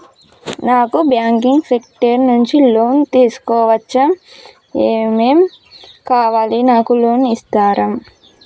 నాకు banking sector నుంచి loan తీసుకోవచ్చా? ఏమేం కావాలి? నాకు లోన్ ఇస్తారా?